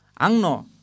angno